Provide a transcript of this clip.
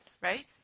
right